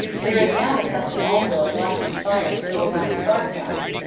there is now the custom also of watching the fires till the last spark dies,